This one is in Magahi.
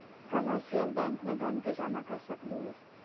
कमर्शियल बैंक में धन के जमा कर सकलु हें